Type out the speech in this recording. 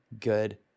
Good